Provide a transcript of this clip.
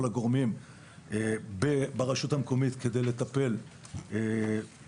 הגורמים ברשות המקומית כדי לטפל באוכלוסייה,